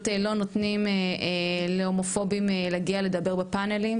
לא נותנים להומופובים להגיע לדבר בפאנלים.